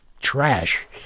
trash